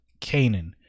Canaan